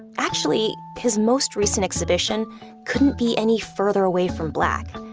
actually, his most recent exhibition couldn't be any further away from black.